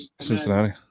Cincinnati